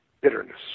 bitterness